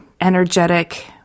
energetic